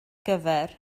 gyfer